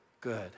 good